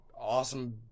awesome